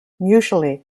usually